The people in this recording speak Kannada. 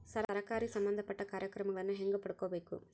ಸರಕಾರಿ ಸಂಬಂಧಪಟ್ಟ ಕಾರ್ಯಕ್ರಮಗಳನ್ನು ಹೆಂಗ ಪಡ್ಕೊಬೇಕು?